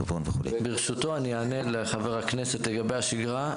ברשותך, אני אענה לחבר הכנסת לגבי השגרה.